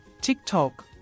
TikTok